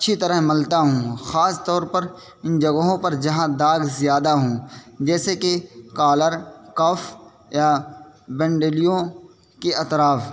اچھی طرح ملتا ہوں خاص طور پر ان جگہوں پر جہاں داغ زیادہ ہوں جیسے کہ کالر کف یا بینڈلیوں کے اطراف